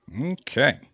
Okay